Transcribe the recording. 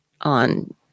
on